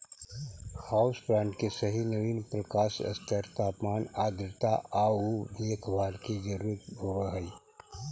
house plant के सही नवीन प्रकाश स्तर तापमान आर्द्रता आउ देखभाल के जरूरत होब हई